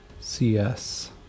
CS